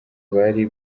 bari